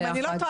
אם אני לא טועה,